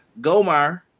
Gomar